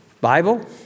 Bible